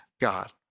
God